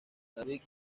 davies